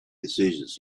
decisions